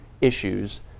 issues